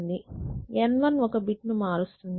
N1 ఒక bit ని మారుస్తుంది